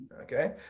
okay